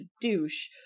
douche